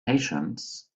patience